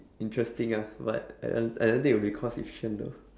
interesting ah but I don't think it will be cost efficient though